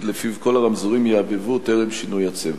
שלפיו כל הרמזורים יהבהבו טרם שינוי הצבע?